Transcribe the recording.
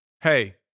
Hey